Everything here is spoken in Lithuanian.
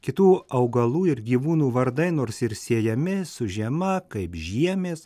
kitų augalų ir gyvūnų vardai nors ir siejami su žiema kaip žiemės